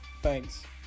Thanks